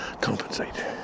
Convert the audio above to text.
compensate